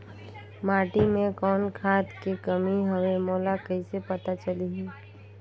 माटी मे कौन खाद के कमी हवे मोला कइसे पता चलही?